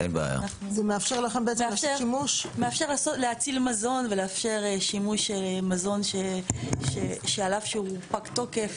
זה מאפשר להציל מזון ולאפשר שימוש במזון על אף שהוא פג תוקף,